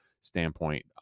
standpoint